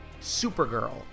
Supergirl